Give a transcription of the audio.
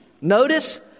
Notice